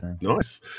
Nice